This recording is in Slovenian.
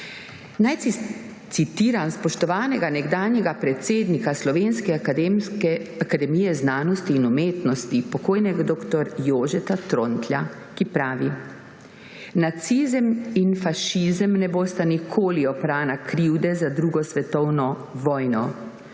Naj citiram spoštovanega nekdanjega predsednika Slovenske akademije znanosti in umetnosti, pokojnega dr. Jožeta Trontlja, ki pravi: »Nacizem in fašizem ne bosta nikoli oprana krivde za drugo svetovno vojno,